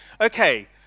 okay